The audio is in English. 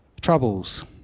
troubles